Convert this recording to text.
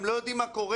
הם לא יודעים מה קורה?